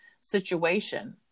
situation